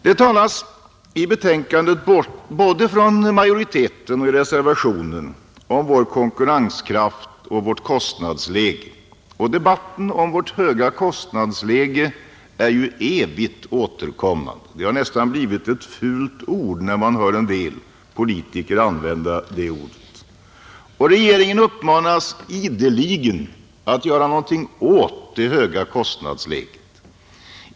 Det talas i betänkandet, både från majoriteten och i reservationen, om vår konkurrenskraft och vårt kostnadsläge, och debatten om vårt höga kostnadsläge är ju evigt återkommande. Det har nästan blivit ett fult ord när man hör en del politiker använda uttrycket. Regeringen uppmanas ideligen att göra någonting åt det höga kostnadsläget.